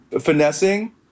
finessing